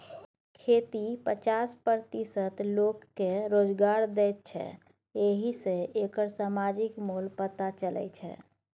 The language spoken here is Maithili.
खेती पचास प्रतिशत लोककेँ रोजगार दैत छै एहि सँ एकर समाजिक मोल पता चलै छै